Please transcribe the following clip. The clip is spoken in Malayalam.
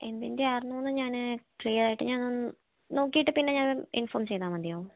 എന്തിൻ്റെ ആർന്നു ഞാൻ ഫ്രീയായിട്ട് ഞാൻ നോക്കീട്ട് ഞാനൊന്ന് ഇൻഫോം ചെയ്താൽ മതിയോ